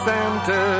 Santa